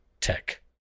tech